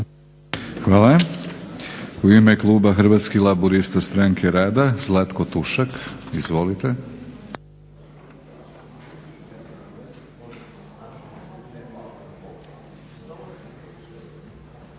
Hvala. U ime kluba Hrvatskih laburista-Stranke rada Zlatko Tušak. Izvolite.